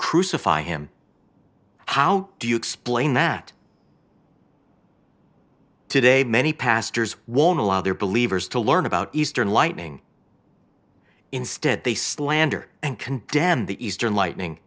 crucify him how do you explain that today many pastors warm allow their believers to learn about eastern lightning instead they slander and condemn the eastern lightning